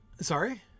Sorry